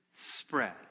spread